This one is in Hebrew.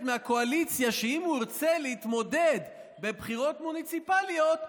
מהקואליציה שאם הוא ירצה להתמודד בבחירות מוניציפליות,